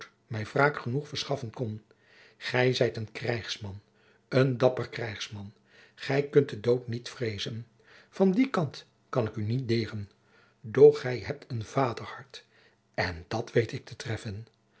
mij wraak genoeg verschaffen kon gij zijt een krijgsman een dapper krijgsman gij kunt den dood niet vreezen van dien kant kan ik u niet deeren doch gij hebt een vaderhart en dat weet ik te treffen